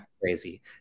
Crazy